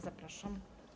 Zapraszam.